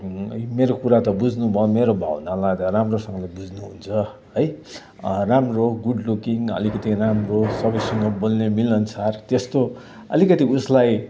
मेरो कुरा त बुझ्नु भयो मेरो भावनालाई त राम्रोसँगले बुझ्नु हुन्छ है राम्रो गुड लुकिङ अलिकति राम्रो सबैसँग बोल्ने मिलनसार त्यस्तो अलिकति उसलाई